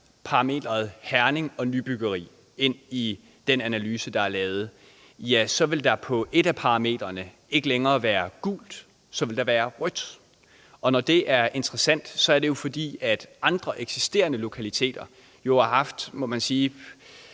parametrene Herning og nybyggeri ind i den analyse, der er lavet, så ville der på et af parametrene ikke længere være gult, men rødt. Når det er interessant, er det, fordi andre eksisterende lokaliteter jo, må man sige,